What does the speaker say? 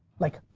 like,